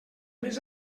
més